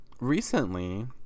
recently